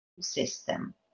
system